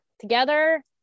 together